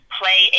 play